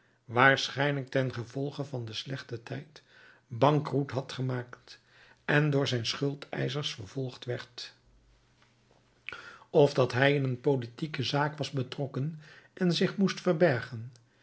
waarschijnlijk ten gevolge van den slechten tijd bankroet had gemaakt en door zijn schuldeischers vervolgd werd of dat hij in een politieke zaak was betrokken en zich moest verbergen